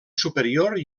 superior